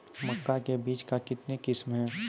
मक्का के बीज का कितने किसमें हैं?